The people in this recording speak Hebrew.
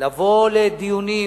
לבוא לדיונים,